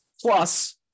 Plus